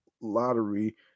lottery